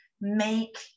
make